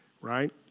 Right